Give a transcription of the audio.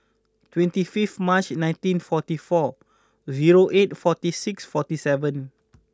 twenty fifth March nineteen forty four zero eight forty six forty seven